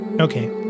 okay